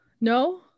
No